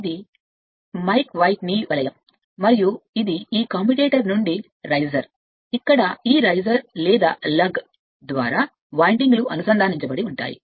ఇది micanite V వలయం మరియు ఇది ఈ కమ్యుటేటర్ నుండి రైసర్ ఇక్కడ ఈ రైసర్ లేదా లగ్ ద్వారా వైండింగ్లు అనుసంధానించబడి ఉంటాయి